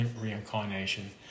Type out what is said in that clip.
reincarnation